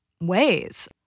ways